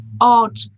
odd